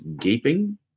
gaping